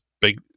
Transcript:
big